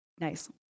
Nice